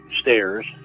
stairs